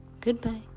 goodbye